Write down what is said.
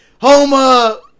homa